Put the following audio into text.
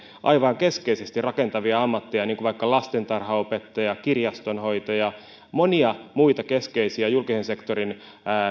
aivan keskeisesti rakentavia ammatteja niin kuin vaikka lastentarhanopettaja kirjastonhoitaja monia muita keskeisiä julkisen sektorin